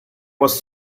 was